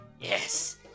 Yes